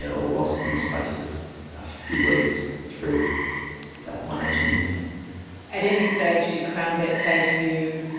yeah, all lost in the space of a few weeks through that one agency. yeah at any stage, did crownbet say to you,